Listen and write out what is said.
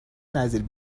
نظیر